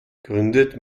gründet